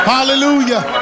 Hallelujah